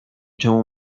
czemu